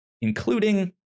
including